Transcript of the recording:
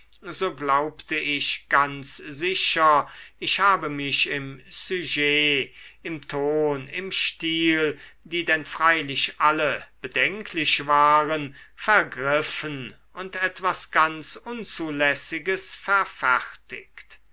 so glaubte ich ganz sicher ich habe mich im sujet im ton im stil die denn freilich alle bedenklich waren vergriffen und etwas ganz unzulässiges